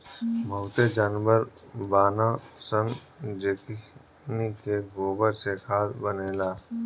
बहुते जानवर बानअ सअ जेकनी के गोबर से खाद बनेला